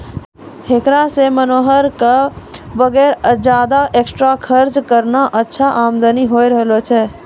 हेकरा सॅ मनोहर कॅ वगैर ज्यादा एक्स्ट्रा खर्च करनॅ अच्छा आमदनी होय रहलो छै